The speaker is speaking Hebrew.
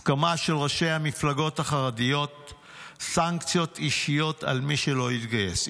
הסכמה של ראשי המפלגות החרדיות סנקציות אישיות על מי שלא יתגייס.